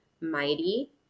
mighty